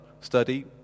study